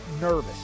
nervous